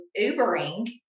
Ubering